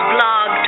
Blog